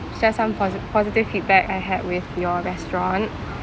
share some posi~ positive feedback I had with your restaurant